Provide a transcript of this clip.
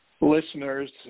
listeners